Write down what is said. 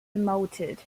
demoted